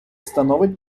становить